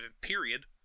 period